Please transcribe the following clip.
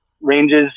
ranges